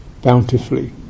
bountifully